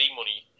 money